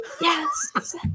Yes